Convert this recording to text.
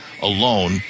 Alone